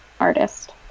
artist